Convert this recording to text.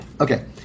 Okay